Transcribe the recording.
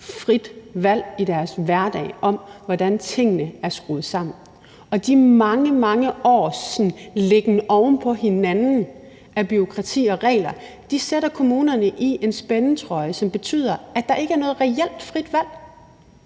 frit valg i deres hverdag i forhold til den måde, som tingene skal skrues sammen på. Og de mange, mange års læggen oven på hinanden af bureaukrati og regler lægger kommunerne i en spændetrøje, som betyder, at der ikke er noget reelt frit valg.